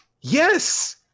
Yes